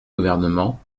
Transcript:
gouvernement